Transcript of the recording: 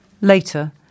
Later